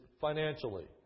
financially